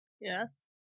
Yes